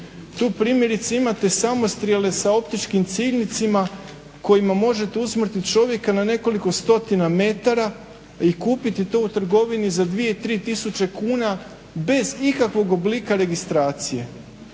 Tu primjerice imate samostrijele s optičkim ciljnicima kojima možete usmrtiti čovjeka na nekoliko stotina metara i kupiti to u trgovini za dvije tri tisuće kuna bez ikakvog oblika registracije.